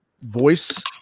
voice